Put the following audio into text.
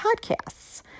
podcasts